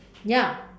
ya